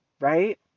right